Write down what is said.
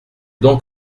donc